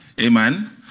Amen